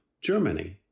Germany